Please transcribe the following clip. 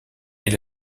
est